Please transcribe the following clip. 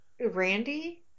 Randy